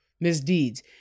misdeeds